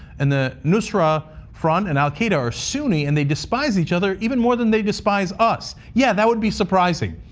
and the nusra front and al qaeda are sunni. and they despise each other even more than they despise us. us. yeah, that would be surprising.